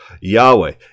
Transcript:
Yahweh